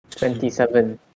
Twenty-seven